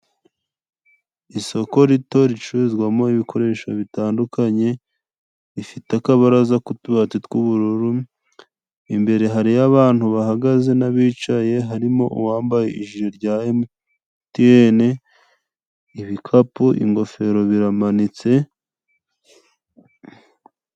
Isoko rito ricururizwamo ibikoresho bitandukanye, rifite akabaraza k'utubati tw'ubururu, imbere hariyo abantu bahagaze nabicaye harimo uwambaye ijire rya emutiyene, ibikapu, ingofero biramanitse.